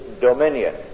dominion